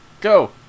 Go